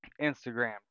Instagram